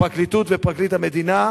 הפרקליטות ופרקליט המדינה,